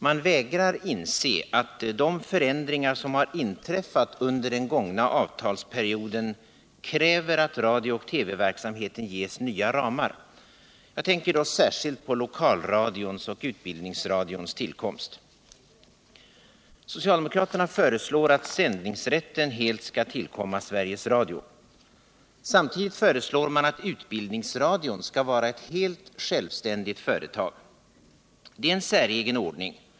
Man vägrar inse att de förändringar som har inträffat under den gångna avtalsperioden kräver att radio-TV-verksamheten ges nya ramar. Jag tänker då särskilt på lokalradions och utbildningsradions tillkomst. Socialdemokraterna föreslår att sändningsrätten helt skall tillkomma Sveriges Radio. Samtidigt föreslår man att utbildningsradion skall vara ett helt självständigt företag. Det är en säregen ordning.